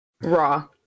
Raw